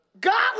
God